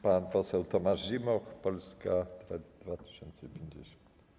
Pan poseł Tomasz Zimoch, Polska 2050.